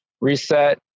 reset